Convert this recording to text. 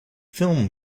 film